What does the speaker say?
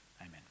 amen